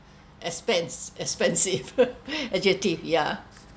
expense expensive adjective yeah